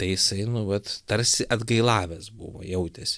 tai jisai nu vat tarsi atgailavęs buvo jautėsi